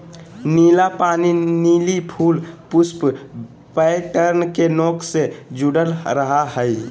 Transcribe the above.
नीला पानी लिली फूल पुष्प पैटर्न के नोक से जुडल रहा हइ